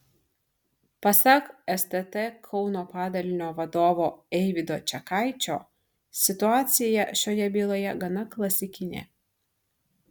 pasak stt kauno padalinio vadovo eivydo čekaičio situacija šioje byloje gana klasikinė